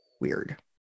weird